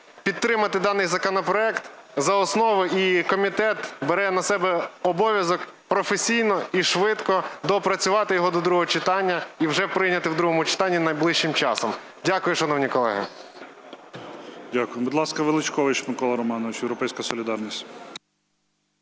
підтримати даний законопроект за основу, і комітет бере на себе обов'язок професійно і швидко доопрацювати його до другого читання і вже прийняти в другому читанні найближчим часом. Дякую, шановні колеги. ГОЛОВУЮЧИЙ. Дякую. Будь ласка, Величкович Микола Романович, "Європейська солідарність".